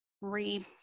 re